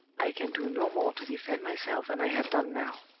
i can do no more to defend myself than i have done now.